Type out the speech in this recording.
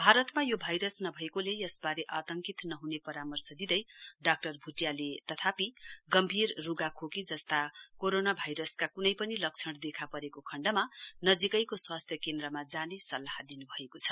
भारतमा यो भाइरस नभएकोले यसवारे आतंकित नहुने परामर्श दिँदै डाक्टर भुटियाले भन्नुभयो रुखा खोकी जस्ता कोरोना भाइरसका कुनै पनि लक्षण देखा परेको खण्डमा नजीकैको स्वास्थ्य केन्द्रमा जाने सल्लाह दिनुभएको छ